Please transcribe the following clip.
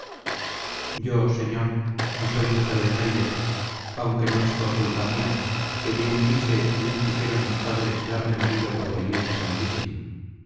yo señor no soy mujer de naide aunque no es por culpa mía que bien quise y bien quisieron mis padres darme marido por la iglesia santísima